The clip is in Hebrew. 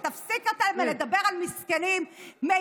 שתפסיק אתה עם הלדבר על מסכנים, אורלי.